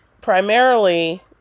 primarily